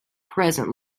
present